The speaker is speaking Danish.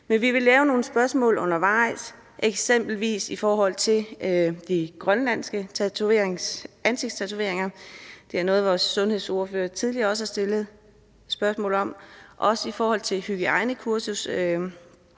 vi vil lave nogle spørgsmål undervejs, eksempelvis i forhold til de grønlandske ansigtstatoveringer – det er noget, vores sundhedsordfører også tidligere har stillet spørgsmål om – og også i forhold til hygiejnekursus,